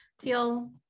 feel